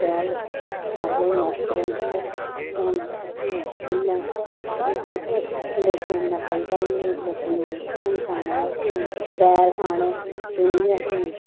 शैल सारा दिन मस्त रौंह्दे हे हून इन्ना कुत्थै लोकें गी इन्ना पचदा निं लोकें गी हून खाना होऐ असें बैर खाने चुनियै